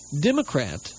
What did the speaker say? Democrat